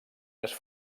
més